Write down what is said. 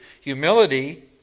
humility